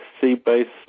sea-based